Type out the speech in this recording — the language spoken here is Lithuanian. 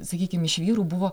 sakykim iš vyrų buvo